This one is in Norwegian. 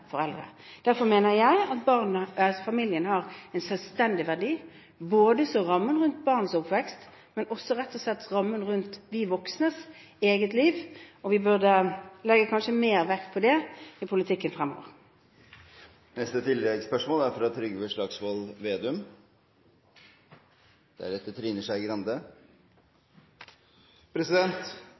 Derfor mener jeg at familien har en selvstendig verdi, både som rammen rundt barns oppvekst og som rammen rundt voksnes eget liv, og vi burde kanskje legge mer vekt på det i politikken fremover.